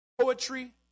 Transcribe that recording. poetry